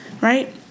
right